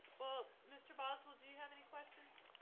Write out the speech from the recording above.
well, mr. boswell, do you have any questions?